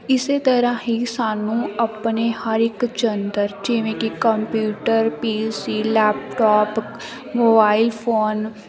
ਇਸ ਤਰ੍ਹਾਂ ਹੀ ਸਾਨੂੰ ਆਪਣੇ ਹਰ ਇੱਕ ਯੰਤਰ ਜਿਵੇਂ ਕਿ computer P C laptop mobile phone